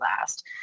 last